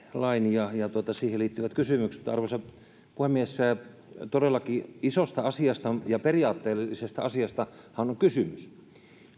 lain ja siihen liittyvät kysymykset arvoisa puhemies todellakin isosta asiasta ja periaatteellisesta asiastahan on kysymys